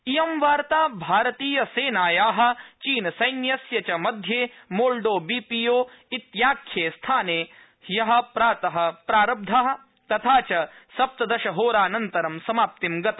इयं वार्ता भारतीय सेनाया चीनसैन्यस्य च मध्ये मोल्डोबीपीओ इत्याख्ये स्थाने ह्य प्रात प्रारब्धा तथा च सप्तदशहोरानन्तरं समाप्तिं गता